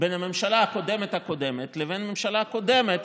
בין הממשלה הקודמת הקודמת לבין הממשלה הקודמת,